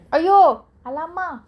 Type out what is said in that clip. !aiyo! !alamak!